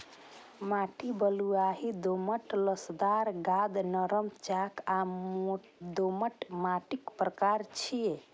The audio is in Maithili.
माटि बलुआही, दोमट, लसदार, गाद, नरम, चाक आ दोमट माटिक प्रकार छियै